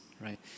right